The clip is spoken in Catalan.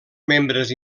membres